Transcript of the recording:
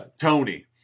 Tony